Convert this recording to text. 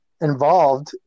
involved